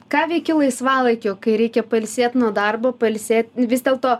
ką veiki laisvalaikiu kai reikia pailsėt nuo darbo pailsėt vis dėlto